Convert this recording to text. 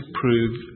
prove